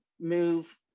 move